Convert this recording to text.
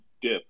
dip